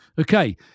Okay